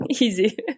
easy